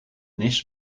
nis